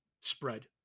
spread